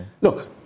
look